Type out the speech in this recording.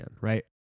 right